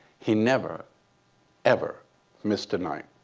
he never ever missed a night.